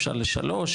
אפשר לשלוש,